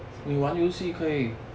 so